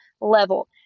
level